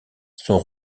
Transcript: son